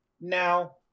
Now